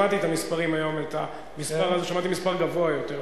שמעתי את המספרים היום, שמעתי מספר גבוה יותר.